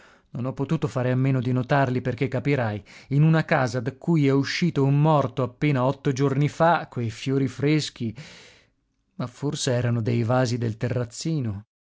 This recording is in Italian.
non ho potuto fare a meno di notarli perché capirai in una casa da cui è uscito un morto appena otto giorni fa quei fiori freschi ma forse erano dei vasi del terrazzino